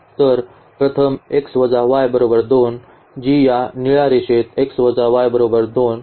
तर प्रथम जी या निळ्या रेषेत दिली आहे